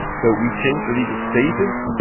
so we changed the legal status,